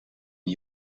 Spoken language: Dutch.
een